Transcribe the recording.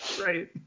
Right